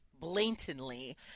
blatantly